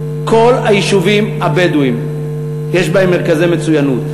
כל היישובים הבדואיים יש בהם מרכזי מצוינות.